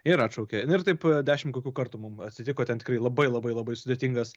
ir atšaukė nu ir taip dešim kokių kartų mum atsitiko ten tikrai labai labai labai sudėtingas